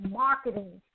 marketing